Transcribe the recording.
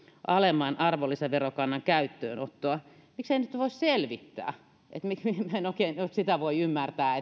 alemman arvonlisäverokannan käyttöönottoa miksei nyt voi selvittää minä en oikein sitä voi ymmärtää